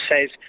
says